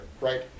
right